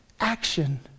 action